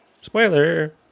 Spoiler